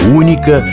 única